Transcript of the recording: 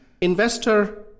investor